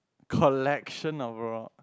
collection of rocks